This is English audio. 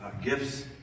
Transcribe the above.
gifts